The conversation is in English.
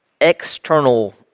external